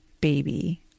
baby